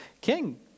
king